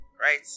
right